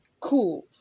cool